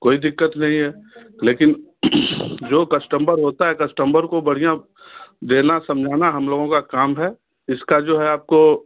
कोई दिक्कत नहीं है लेकिन जो कस्टम्बर होता है कस्टम्बर को बढ़िया देना समझना हम लोगों का काम है इसका जो है आपको